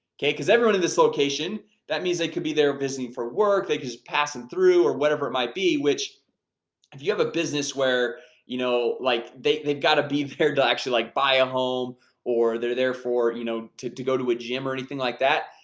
okay, because everyone in this location that means they could be there visiting for work they just passing through or whatever it might be which if you have a business where you know like they've they've got to be there to actually like buy a home or they're there for you know to to go to a gym or anything like that.